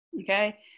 Okay